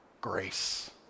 Grace